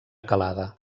calada